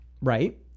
Right